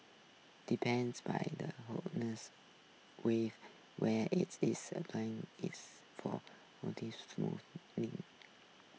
depends by the Waves where it is a plan its for smooth me